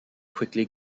quickly